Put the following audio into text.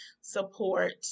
support